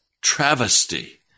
travesty